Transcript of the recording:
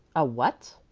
a what?